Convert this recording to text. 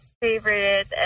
Favorite